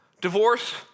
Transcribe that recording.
divorce